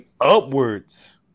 upwards